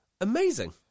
amazing